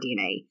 DNA